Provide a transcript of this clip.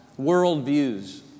worldviews